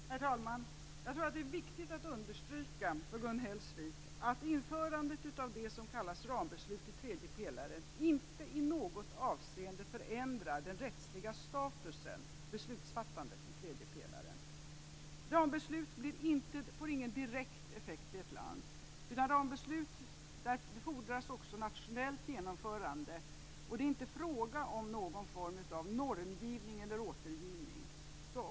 Herr talman! Jag tror att det är viktigt att understryka för Gun Hellsvik att införandet av det som kallas rambeslut i tredje pelaren inte i något avseende förändrar den rättsliga statusen och beslutsfattandet i tredje pelaren. Rambeslut får ingen direkt effekt i ett land. När det gäller rambeslut fordras också nationellt genomförande. Det är inte fråga om någon form av normgivning eller återgivning.